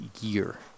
year